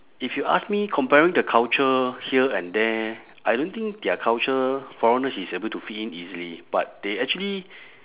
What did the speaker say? if you ask me comparing the culture here and there I don't think their culture foreigners is able to fit in easily but they actually